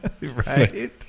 Right